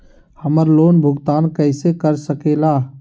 हम्मर लोन भुगतान कैसे कर सके ला?